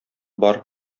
бар